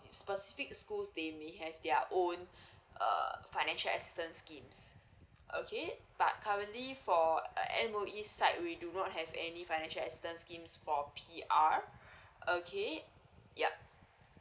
specific schools they may have their own err financial assistance schemes okay but currently for uh M_O_E's side we do not have any financial assistance schemes for P_R okay yup